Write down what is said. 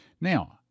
Now